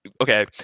okay